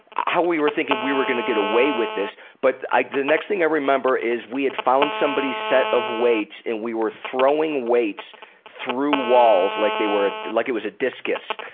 how we were thinking we were going to get away with this, but the next thing i remember is we had found somebody's set of weights and we were throwing weights through walls, like they were, like it was a discus,